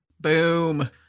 Boom